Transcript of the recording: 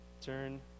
turn